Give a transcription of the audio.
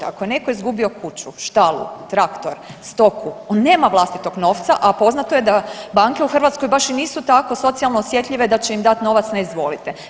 Ako je netko izgubio kuću, štalu, traktor, stoku, on nema vlastitog novca, a poznato je da banke u Hrvatskoj baš i nisu tako socijalno osjetljive da će im dati novac na izvolite.